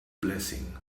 blessing